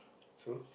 true